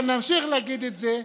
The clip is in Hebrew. אבל נמשיך להגיד את זה,